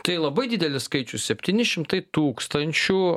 tai labai didelis skaičius septyni šimtai tūkstančių